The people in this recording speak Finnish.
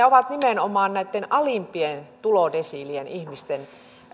ovat nimenomaan näitten alimpien tulodesiilien ihmisten